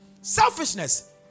Selfishness